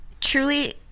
truly